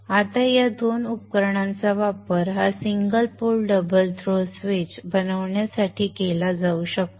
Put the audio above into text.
आता या दोन उपकरणांचा वापर हा single pole double throw switch बनवण्यासाठी केला जाऊ शकतो